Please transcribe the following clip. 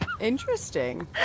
interesting